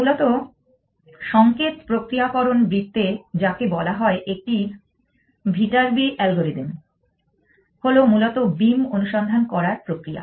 মূলত সংকেত প্রক্রিয়াকরণ বৃত্তে যাকে বলা হয় একটি ভিটার্বি অ্যালগরিদম হলো মূলত বীম অনুসন্ধান করার প্রক্রিয়া